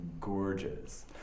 gorgeous